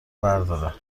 برداره